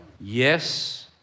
Yes